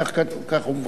כך הוא מבקש.